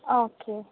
okay